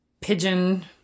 pigeon